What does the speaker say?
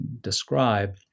describe